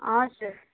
हजुर